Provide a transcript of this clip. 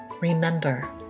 remember